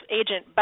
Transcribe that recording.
agent